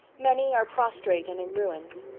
many are prostrate and in ruins.